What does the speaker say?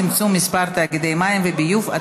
צמצום מספר תאגידי מים וביוב),